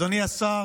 אדוני השר,